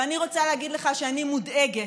ואני רוצה להגיד לך שאני מודאגת,